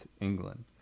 England